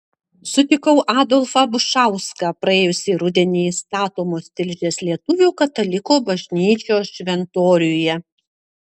sutikau adolfą bušauską praėjusį rudenį statomos tilžės lietuvių katalikų bažnyčios šventoriuje